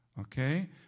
okay